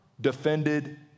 defended